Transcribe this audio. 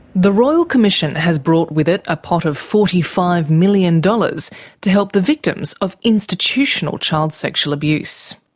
the royal commission has brought with it a pot of forty five million dollars to help the victims of institutional child sexual abuse.